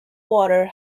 water